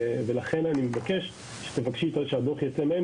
לכן אני מבקש שתבקשי את זה מהם,